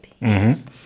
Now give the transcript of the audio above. Yes